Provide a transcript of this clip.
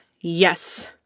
Yes